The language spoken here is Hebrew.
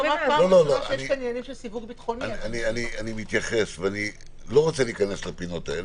לא רוצה להיכנס לפינות האלה.